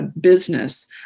business